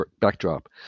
backdrop